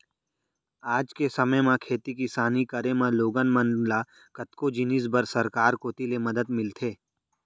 आज के समे म खेती किसानी करे म लोगन मन ल कतको जिनिस बर सरकार कोती ले मदद मिलथे